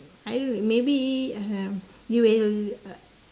I don't know maybe um you will uh